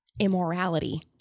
immorality